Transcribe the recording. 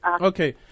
Okay